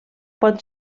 pot